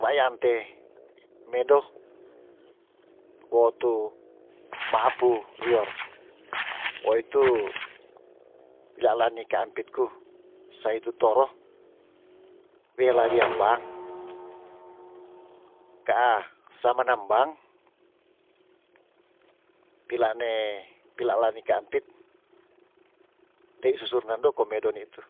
waayan te medo wo tu maapu rior wo itu pila lani kaampitku sa itu toro wela wiam bank kaa samanam bank pilane pila lani kaampit tei susur nando komedo nitu